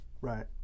Right